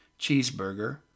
cheeseburger